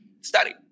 study